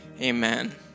Amen